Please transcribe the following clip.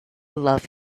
love